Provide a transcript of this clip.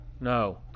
No